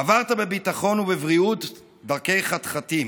עברת בביטחון ובבריאות דרכי חתחתים,